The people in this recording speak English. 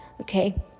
Okay